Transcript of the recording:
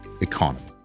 economy